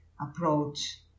approach